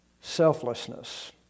Selflessness